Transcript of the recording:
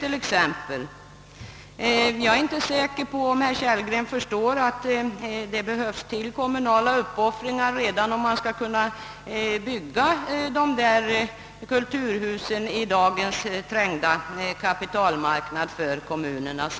Jag är inte riktigt säker på att herr Kellgren förstår att det vill till kommunala uppoffringar redan nu om man skall kunna bygga sådana kulturhus i dagens trängda kapitalmarknadsläge för kommunerna.